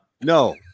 No